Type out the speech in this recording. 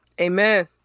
Amen